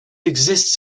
exists